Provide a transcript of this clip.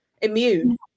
immune